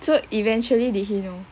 so eventually did he know